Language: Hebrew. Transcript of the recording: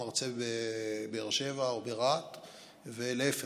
מרצה בבאר שבע או ברהט ולהפך.